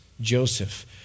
Joseph